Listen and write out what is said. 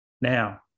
Now